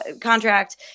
contract